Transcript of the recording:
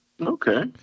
Okay